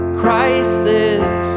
crisis